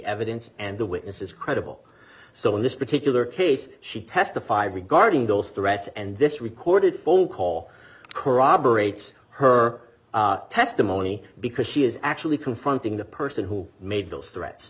evidence and the witness is credible so in this particular case she testified regarding those threats and this recorded phone call corroborate her testimony because she is actually confronting the person who made those threats